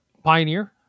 Pioneer